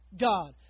God